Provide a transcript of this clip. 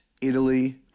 Italy